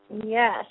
Yes